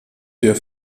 der